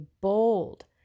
bold